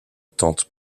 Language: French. tante